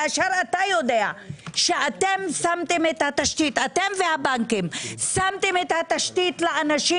כשאתה יודע שאתם והבנקים שמתם את התשתית לאנשים